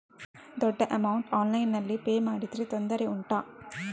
ದೊಡ್ಡ ಅಮೌಂಟ್ ಆನ್ಲೈನ್ನಲ್ಲಿ ಪೇ ಮಾಡಿದ್ರೆ ತೊಂದರೆ ಉಂಟಾ?